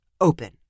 open